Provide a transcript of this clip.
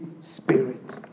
spirit